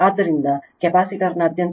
ಆದ್ದರಿಂದ ಕೆಪಾಸಿಟರ್ನಾದ್ಯಂತ ವೋಲ್ಟೇಜ್ 50 0